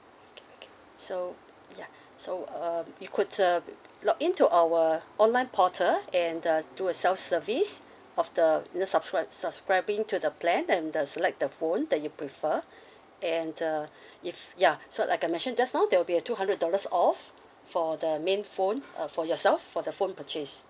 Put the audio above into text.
okay okay so ya so um you could um log in to our online portal and uh do a self service of the you know subscribe subscribing to the plan and the select the phone that you prefer and uh if ya so like I mentioned just now there will be two hundred dollars off for the main phone uh for yourself for the phone purchase